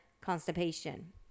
constipation